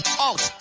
out